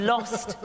lost